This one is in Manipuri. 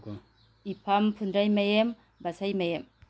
ꯏꯐꯝ ꯐꯨꯟꯗ꯭ꯔꯩꯃꯌꯦꯝ ꯕꯁꯩꯃꯌꯨꯝ